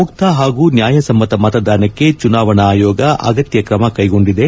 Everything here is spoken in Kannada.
ಮುಕ್ತ ಹಾಗೂ ನ್ಯಾಯಸಮ್ಮತ ಮತದಾನಕ್ಕೆ ಚುನಾವಣಾ ಆಯೋಗ ಅಗತ್ಯ ಕ್ರಮ ಕೈಗೊಂಡಿದೆ